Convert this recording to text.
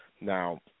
Now